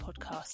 podcast